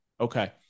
Okay